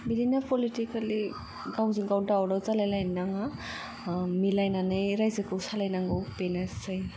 बिदिनो प'लिटिकेलि गावजों गाव दावराव जालायलायनो नाङा मिलायनानै रायजोखौ सालायनांगौ बेनोसै